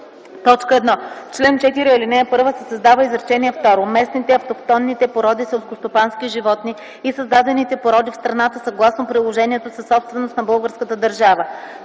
допълнения: 1. В чл. 4, ал. 1 се създава изречение второ: „Местните (автохтонните) породи селскостопански животни и създадените породи в страната съгласно приложението, са собственост на българската държава.”